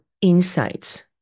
insights